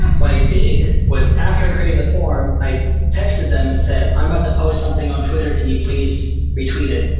what i did was, after i created the form, i texted them and said, i'm about to post something on twitter, can you please re-tweet it?